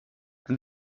and